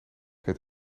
het